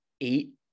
eight